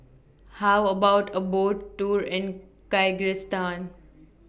How about A Boat Tour in Kyrgyzstan